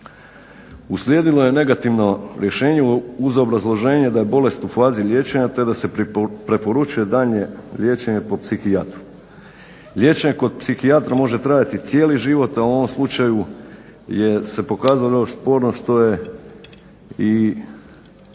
Uslijedilo je negativno rješenje uz obrazloženje da je bolest u fazi liječenja, te da se preporučuje daljnje liječenje po psihijatru. Liječenje kod psihijatra može trajati cijeli život, a u ovom slučaju je se pokazalo još sporno što je i